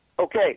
Okay